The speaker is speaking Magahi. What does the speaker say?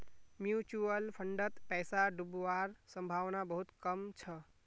म्यूचुअल फंडत पैसा डूबवार संभावना बहुत कम छ